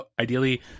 ideally